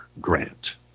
grant